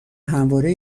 همواره